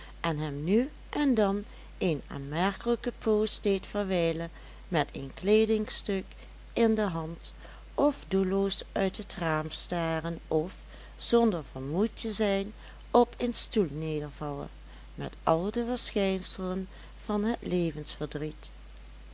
en hem nu en dan een aanmerkelijke poos deed verwijlen met een kleedingstuk in de hand of doelloos uit het raam staren of zonder vermoeid te zijn op een stoel nedervallen met al de verschijnselen van het